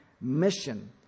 mission